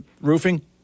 roofing